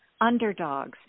underdogs